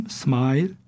smile